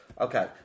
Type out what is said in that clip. Okay